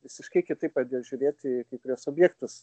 visiškai kitaip pradėjo žiūrėti į kai kuriuos objektus